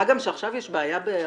מה גם שעכשיו יש בעיה בהכנסות.